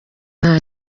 nta